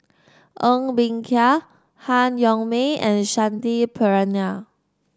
Ng Bee Kia Han Yong May and Shanti Pereira